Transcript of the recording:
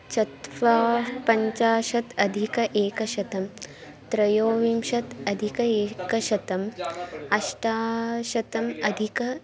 चत्वा पञ्चाशदधिक एकशतं त्रयोविंशत्यधिक एकशतम् अष्टाशतम् अधिक